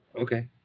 Okay